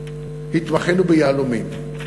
התמחינו ביהלומים.